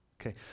Okay